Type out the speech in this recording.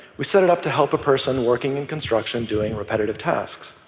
we set it up to help a person working in construction doing repetitive tasks